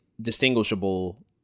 distinguishable